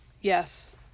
Yes